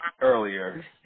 earlier